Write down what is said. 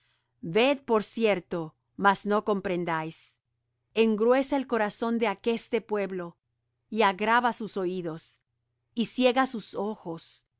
ved por cierto mas no comprendáis engruesa el corazón de aqueste pueblo y agrava sus oídos y ciega sus ojos